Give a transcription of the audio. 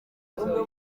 umwe